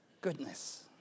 Goodness